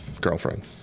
girlfriend